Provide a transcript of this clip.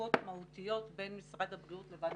מחלוקות מהותיות בין משרד הבריאות לבין